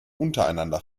untereinander